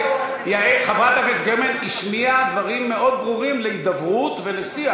חברת הכנסת גרמן השמיעה דברים מאוד ברורים באשר להידברות ולשיח,